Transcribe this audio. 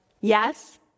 Yes